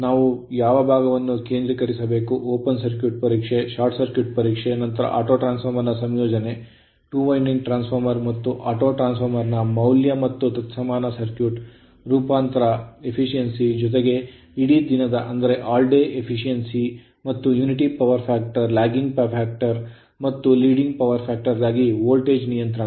ನಾವು ಯಾವ ಭಾಗವನ್ನು ಕೇಂದ್ರೀಕರಿಸಬೇಕು ಓಪನ್ ಸರ್ಕ್ಯೂಟ್ ಪರೀಕ್ಷೆ ಶಾರ್ಟ್ ಸರ್ಕ್ಯೂಟ್ ಪರೀಕ್ಷೆ ನಂತರ ಆಟೋ ಟ್ರಾನ್ಸ್ ಫಾರ್ಮರ್ ಸಂಯೋಜನೆ 2 ವೈಂಡಿಂಗ್ ಟ್ರಾನ್ಸ್ ಫಾರ್ಮರ್ ಮತ್ತು ಆಟೋಟ್ರಾನ್ಸ್ ಫಾರ್ಮರ್ ನ ಮೌಲ್ಯ ಮತ್ತು ತತ್ಸಮಾನ ಸರ್ಕ್ಯೂಟ್ ರೂಪಾಂತರ ದಕ್ಷತೆ ಜೊತೆಗೆ ಇಡೀ ದಿನದ ದಕ್ಷತೆ ಮತ್ತು unity power factor lagging power factor ಮತ್ತು leading power factor ಕ್ಕಾಗಿ ವೋಲ್ಟೇಜ್ ನಿಯಂತ್ರಣ